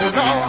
no